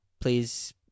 please